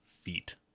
feet